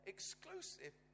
Exclusive